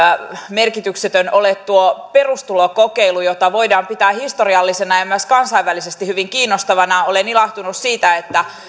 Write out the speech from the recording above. merkityksetön ole tuo perustulokokeilu jota voidaan pitää historiallisena ja myös kansainvälisesti hyvin kiinnostavana olen ilahtunut siitä että